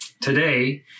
Today